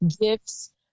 gifts